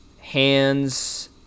Hands